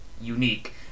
unique